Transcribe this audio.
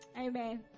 Amen